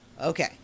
Okay